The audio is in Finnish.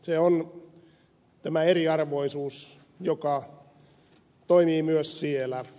se on tämä eriarvoisuus joka toimii myös siellä